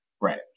Right